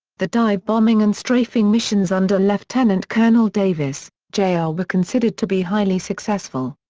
the dive-bombing and strafing missions under lieutenant colonel davis, jr. ah were considered to be highly successful.